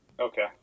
Okay